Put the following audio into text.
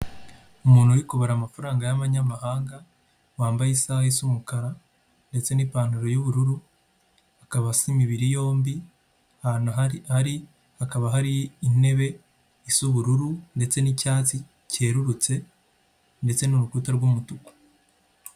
Umuntu uri kubara amafaranga y'abanyamahanga; wambaye isaha isa umukara ndetse n'ipantaro y'ubururu; akaba asa imibiri yombi; ahantu ari hakaba hari intebe isa ubururu ndetse n'icyatsi cyerurutse; ndetse n'urukuta rw'umutuku.